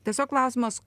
tiesiog klausimas